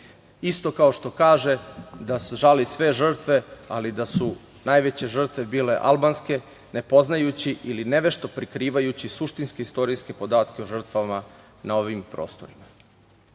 isto kao što kaže da se žale i sve žrtve, ali da su najveće žrtve bile albanske ne poznajući ili nevešto prekrivajući suštinske istorijske podatke o žrtvama na ovim prostorima.E,